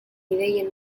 ideien